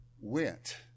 went